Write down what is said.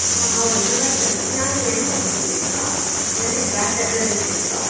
ಹಾಂ ಹೌದು ನಮಸ್ತೆ ಮ್ಯಾಮ್ ನಾನು M com student M com class representative